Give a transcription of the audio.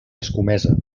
escomesa